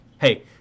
hey